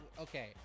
okay